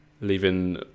leaving